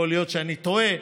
יכול להיות שאני טועה,